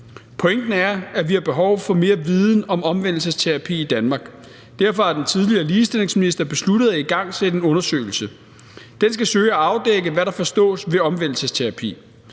Pointen er, at vi har behov for mere viden om omvendelsesterapi i Danmark. Derfor har den tidligere ligestillingsminister besluttet at igangsætte en undersøgelse. Den skal søge at afdække, hvad der forstås ved omvendelsesterapi,